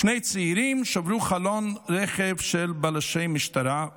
שני צעירים שברו חלון רכב של בלשי משטרה,